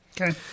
Okay